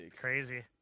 Crazy